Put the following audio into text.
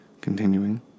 continuing